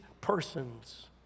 persons